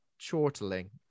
Chortling